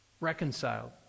Reconciled